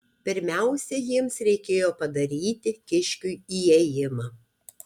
pirmiausia jiems reikėjo padaryti kiškiui įėjimą